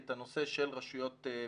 את הנושא של רשויות מטרופוליניות.